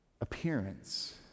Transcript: appearance